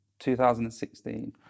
2016